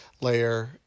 layer